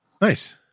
Nice